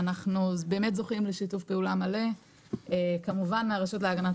ואנחנו באמת זוכים לשיתוף פעולה מלא כמובן מהרשות להגנת